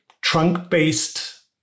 trunk-based